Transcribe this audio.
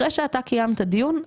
אחרי שאתה קיימת דיון,